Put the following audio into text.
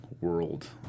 world